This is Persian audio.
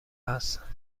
هستند